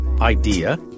idea